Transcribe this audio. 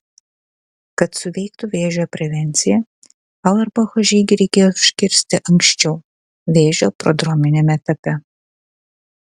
kad suveiktų vėžio prevencija auerbacho žygį reikėjo užkirsti anksčiau vėžio prodrominiame etape